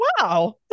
Wow